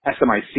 SMIC